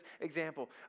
example